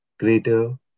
Greater